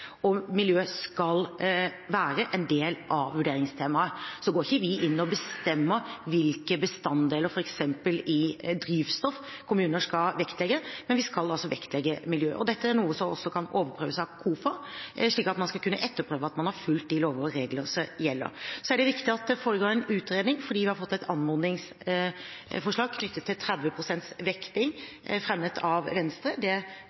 skal være en del av vurderingstemaet. Vi går ikke inn og bestemmer hvilke bestanddeler i f.eks. drivstoff kommuner skal vektlegge, men vi skal vektlegge miljø. Dette er noe som også kan overprøves av KOFA, Klagenemnda for offentlige anskaffelser, slik at man skal kunne etterprøve at man har fulgt de lover og regler som gjelder. Det er riktig at det foregår en utredning fordi vi har fått et anmodningsforslag knyttet til 30 pst. vekting, fremmet av Venstre. Det